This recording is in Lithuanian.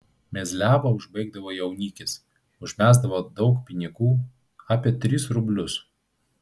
mezliavą užbaigdavo jaunikis užmesdavo daug pinigų apie tris rublius